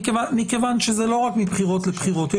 מכיוון שזה לא רק מבחירות לבחירות.